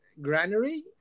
granary